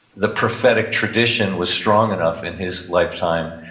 the prophetic tradition was strong enough in his lifetime,